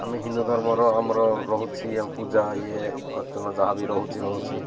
ଆମେ ହିନ୍ଦୁ ଧର୍ମର ଆମର ରହୁଛି ପୂଜା ଇଏ ଅର୍ଚ୍ଚନା ଯାହା ବି ରହୁଛି ରହୁଛି